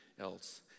else